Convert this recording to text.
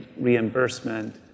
reimbursement